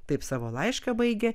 taip savo laišką baigia